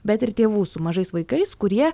bet ir tėvų su mažais vaikais kurie